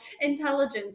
intelligence